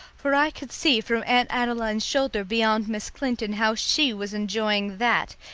for i could see from aunt adeline's shoulder beyond miss clinton how she was enjoying that,